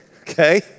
okay